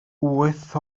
wyth